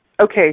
Okay